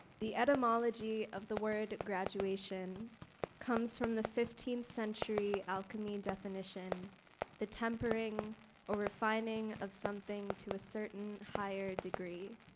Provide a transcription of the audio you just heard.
the etymology of the word graduation comes from the fifteenth century alchemy definition the tempering or refining of something to a certain higher degree.